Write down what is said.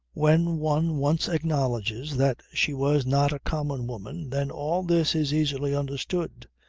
when one once acknowledges that she was not a common woman, then all this is easily understood.